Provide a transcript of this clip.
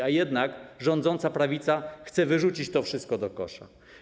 A jednak rządząca prawica chce wyrzucić to wszystko do kosza.